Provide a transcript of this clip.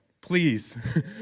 please